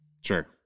Sure